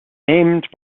named